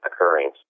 occurring